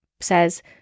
says